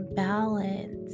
balance